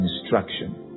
instruction